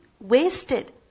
wasted